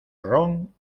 ron